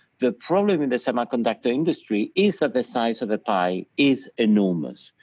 the problem in the semiconductor industry is that the size of the pie is enormous,